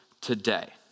today